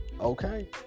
Okay